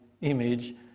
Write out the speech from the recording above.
image